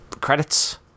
credits